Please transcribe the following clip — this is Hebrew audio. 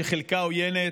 שחלקה עוינת,